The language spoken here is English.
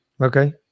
Okay